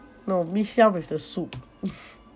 no mee siam with the soup